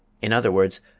in other words,